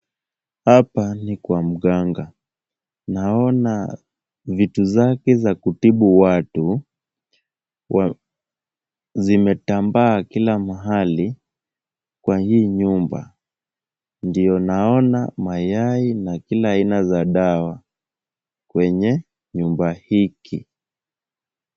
Hapa ni kwa mganga. Naona vitu zake za kutibu watu zimetambaa kila mahali kwa hii nyumba. Ndio naona mayai na kila aina za dawa kwenye nyumba hiki.